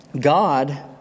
God